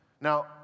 Now